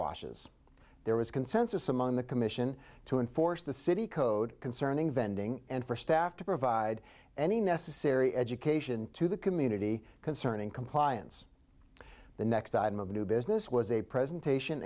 washes there was consensus among the commission to enforce the city code concerning vending and for staff to provide any necessary education to the community concerning compliance the next item of new business was a presentation